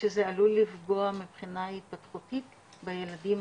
שזה עלול לפגוע מבחינה התפתחותית בילדים